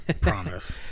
promise